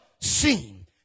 seen